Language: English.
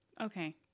Okay